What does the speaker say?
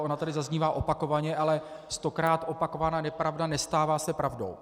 Ona tady zaznívá opakovaně, ale stokrát opakovaná nepravda nestává se pravdou.